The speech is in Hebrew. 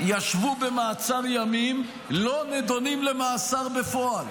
וישבו במעצר ימים לא נדונים למאסר בפועל,